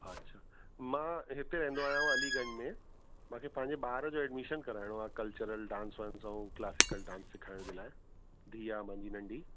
अच्छा मां हिते रहंदो आयांव अलीगंज में मूंखे पंहिंजे ॿार जो एडमीशन कराइणो आहे कल्चरल डांस वांस ऐं क्लासिकल डांस सिखण जे लाइ धीअ आहे मुहिंजी नंढी